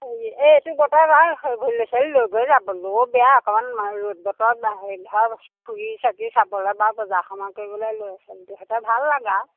এই এইটো বতৰ ভাল নহয় লগত ল'ৰা ছোৱালী লৈ গৈ যাবলৈও বেয়া অকণমান ৰ'দ বতৰত বা হেৰি ধৰক ফুৰি চাকি চাবলৈ বা বজাৰ সমাৰ কৰিবলৈ ল'ৰা ছোৱালীটো সৈতে ভাল লাগে আৰু